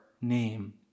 name